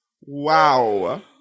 Wow